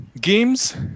games